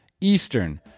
Eastern